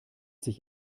sich